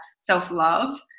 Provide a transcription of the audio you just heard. self-love